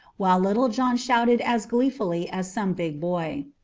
while little john shouted as gleefully as some big boy.